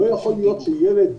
לא יכול להיות שילד,